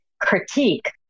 critique